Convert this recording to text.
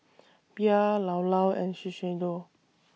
Bia Llao Llao and Shiseido